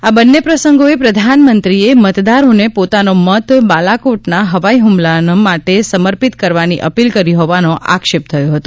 આ બંને પ્રસંગોએ પ્રધાનમંત્રીએ મતદારોને પોતાનો મત બાલાકોટના હવાઇ હુમલાઓ માટે સમર્પીત કરવાની અપીલ કરી હોવાનો આક્ષેપ થયો હતો